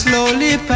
Slowly